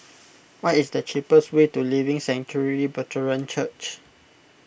what is the cheapest way to Living Sanctuary Brethren Church